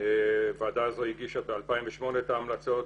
הוועדה הזו הגישה ב-2008 את ההמלצות,